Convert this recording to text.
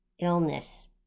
illness